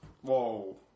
whoa